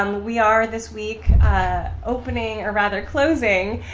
um we are this week opening, or rather closing,